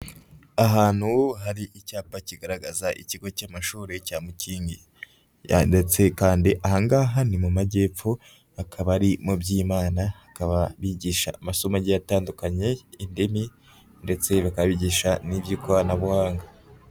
Ahantu hari icyapa kigaragaza ikigo cy'amashuri cya Mukingi, yanditse kandi ahangaha ni mu majyepfo akaba ari mu Byimana, hakaba bigisha amasomo agiye atandukanye, indimi, ndetse bakabigisha n'iby'ikoranabuhanga.